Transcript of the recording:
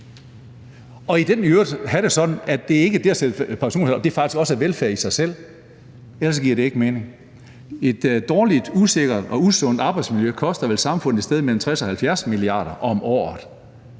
sætte pensionsalderen op. Og det ikke at sætte pensionsalderen op er faktisk også velfærd i sig selv, ellers giver det ikke mening. Et dårligt, usikkert og usundt arbejdsmiljø koster vel samfundet et sted mellem 60 og 70 mia. kr. om året.